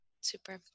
Super